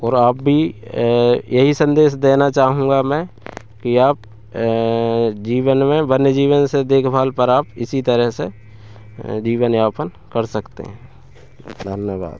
और अब भी यही संदेश देना चाहूँगा मैं कि आप जीवन में वन्यजीवन से देखभाल पर आप इसी तरह से जीवनयापन कर सकते हैं धन्यवाद